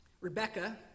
Rebecca